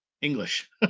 english